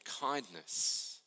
kindness